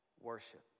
Worship